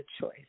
choice